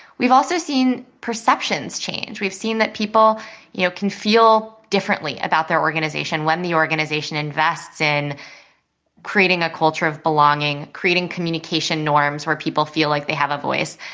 we've also seen perceptions change. we've seen that people you know can feel differently about their organization when the organization invests in creating a culture of belonging, creating communication norms where people feel like they have a voice.